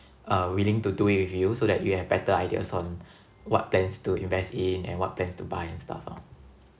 uh willing to do it with you so that you have better ideas on what plans to invest in and what plans to buy and stuff ah